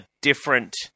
different